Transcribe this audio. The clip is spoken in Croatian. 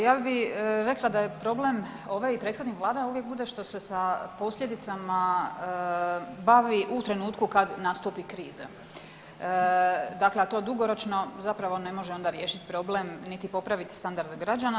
Ja bi rekla da je problem ovaj i prethodnih vlada uvijek bude što se sa posljedicama bavi u trenutku kad nastupi kriza, a to dugoročno zapravo ne može onda riješiti problem niti popraviti standarde građana.